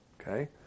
Okay